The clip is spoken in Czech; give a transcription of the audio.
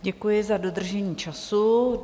Děkuji za dodržení času.